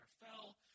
fell